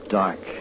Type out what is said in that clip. dark